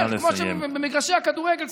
כמו במגרשי הכדורגל.